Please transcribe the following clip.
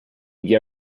gli